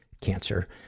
cancer